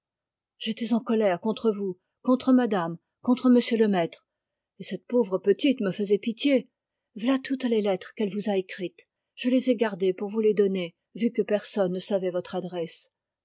j'étais en colère contre vous contre madame contre monsieur le maître et cette pauvre petite me faisait pitié v'là toutes les lettres qu'elle vous a écrites je les ai gardées pour vous les donner vu que personne ne savait votre adresse